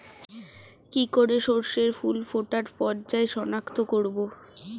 কি করে শস্যের ফুল ফোটার পর্যায় শনাক্ত করব?